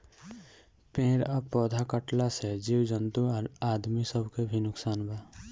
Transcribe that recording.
पेड़ आ पौधा कटला से जीव जंतु आ आदमी सब के भी नुकसान बा